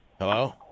hello